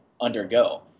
undergo